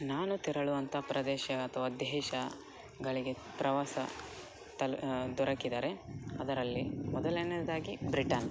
ನಾನು ತೆರಳುವಂಥ ಪ್ರದೇಶ ಅಥವಾ ದೇಶಗಳಿಗೆ ಪ್ರವಾಸ ತಲ್ ದೊರಕಿದರೆ ಅದರಲ್ಲಿ ಮೊದಲನೆದಾಗಿ ಬ್ರಿಟನ್